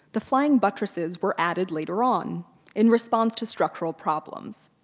the flying buttresses were added later on in response to structural problems.